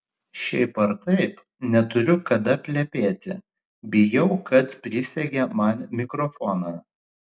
šiaip ar taip neturiu kada plepėti bijau kad prisegė man mikrofoną